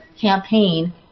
campaign